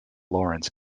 lawrence